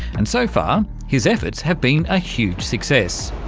and so far his efforts have been a huge success.